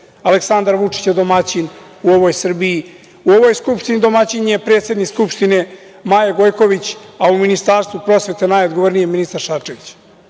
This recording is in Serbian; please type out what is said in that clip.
Vučića. Aleksandar Vučić je domaćin u ovoj Srbiji, u ovoj skupštini domaćin je predsednik skupštine, Maja Gojković, a u Ministarstvu prosvete, najodgovorniji je ministar Šarčević.